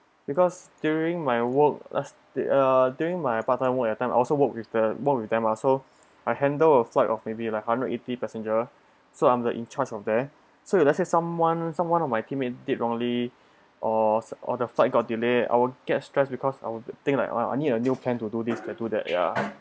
because during my work last they uh during my part time work that time I also work with the work with them lah so I handle a flight of maybe like hundred eighty passenger so I'm the in charge of there so if let's say someone someone on my teammate did wrongly or or the flight got delayed I would get stress because I would think like I need a new plan to do this to do that ya